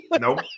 Nope